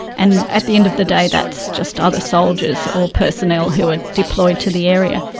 and at the end of the day that's just other soldiers or personnel who are deployed to the area.